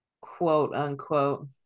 quote-unquote